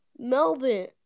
Melbourne